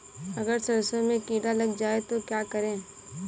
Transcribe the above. अगर सरसों में कीड़ा लग जाए तो क्या करें?